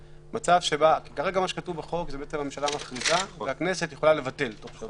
כרגע כתוב בחוק שהממשלה מכריזה והכנסת יכולה לבטל תוך 7 ימים.